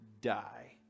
die